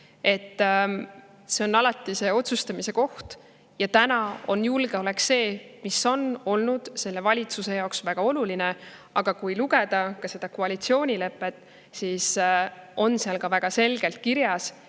See on alati otsustamise koht ja täna on julgeolek see, mis on olnud selle valitsuse jaoks väga oluline. Aga kui lugeda koalitsioonilepet, siis [näeme, et] seal on väga selgelt kirjas,